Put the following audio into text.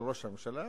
לראש הממשלה,